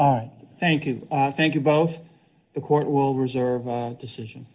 on thank you thank you both the court will reserve all decision